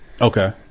Okay